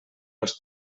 els